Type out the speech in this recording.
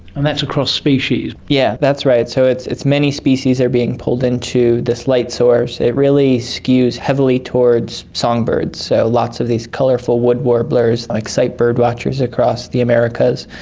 and that's across species. yeah, that's right. so it's it's many species are being pulled in to this light source. it really skews heavily towards songbirds, so lots of these colourful wood warblers that excite bird watchers across the americas,